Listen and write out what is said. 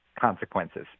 consequences